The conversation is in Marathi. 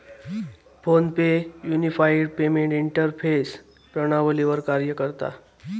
फोन पे युनिफाइड पेमेंट इंटरफेस प्रणालीवर कार्य करता